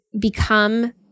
become